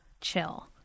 chill